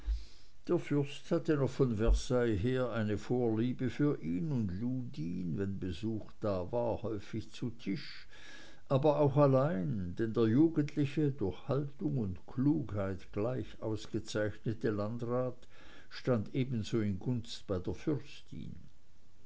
der fürst hatte noch von versailles her eine vorliebe für ihn und lud ihn wenn besuch da war häufig zu tisch aber auch allein denn der jugendliche durch haltung und klugheit gleich ausgezeichnete landrat stand ebenso in gunst bei der fürstin